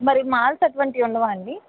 మరి మాల్స్ అటువంటివి ఉండవా అండి